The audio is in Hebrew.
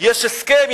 יש הסכם,